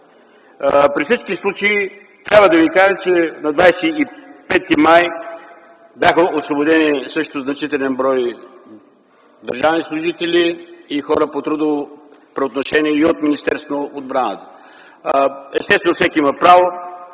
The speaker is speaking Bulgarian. При всички случаи, трябва да кажа, че към 25 май също бяха освободени значителен брой държавни служители и хора по трудово правоотношение и от Министерството на отбраната. Естествено, всеки има право